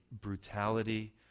brutality